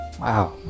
Wow